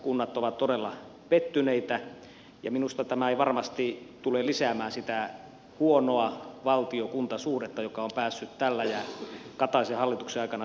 kunnat ovat todella pettyneitä ja minusta tämä ei varmasti tule lisäämään sitä huonoa valtiokunta suhdetta joka on päässyt tämän ja kataisen hallituksen aikana syntymään